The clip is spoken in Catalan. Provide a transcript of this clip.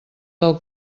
del